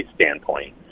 standpoint